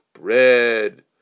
bread